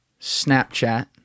Snapchat